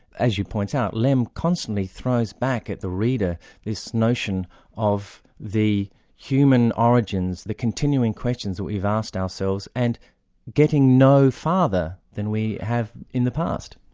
as you points out, lem constantly throws back at the reader this notion of the human origins, the continuing questions that we've asked ourselves and getting no farther than we have in the past.